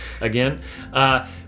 again